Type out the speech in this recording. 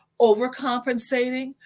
Overcompensating